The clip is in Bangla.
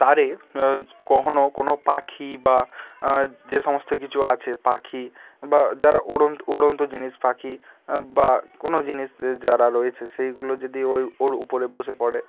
তারে কখনো কোনো পাখি বা যে সমস্ত কিছু আছে পাখি বা যারা উড়ন্ত উড়ন্ত জিনিস পাখি বা কোনো জিনিসে যারা রয়েছে সেইগুলো যেদি ওই ওর উপরে বসে পড়ে